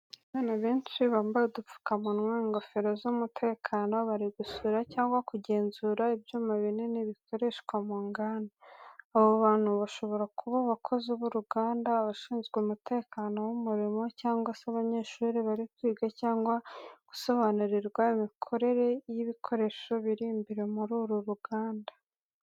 Abantu benshi bambaye udupfukamunwa, ingofero z’umutekano bari gusura cyangwa kugenzura ibyuma binini bikoreshwa mu nganda. Abo bantu bashobora kuba abakozi b’uruganda, abashinzwe umutekano w’umurimo, cyangwa se abanyeshuri bari kwiga cyangwa gusobanurirwa imikorere y’ibikoresho biri imbere muri uru ruganda.